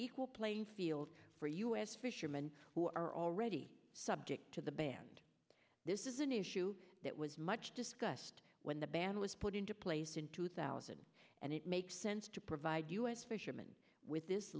equal playing field for u s fishermen who are already subject to the banned this is an issue that was much discussed when the ban was put into place in two thousand and it makes sense to provide u s fisherman with this